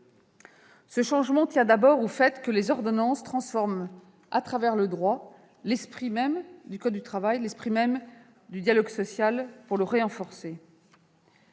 Ce changement tient d'abord au fait que les ordonnances transforment, à travers le droit, l'esprit même du code du travail comme du dialogue social, qui est renforcé.